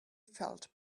felt